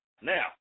Now